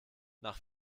nach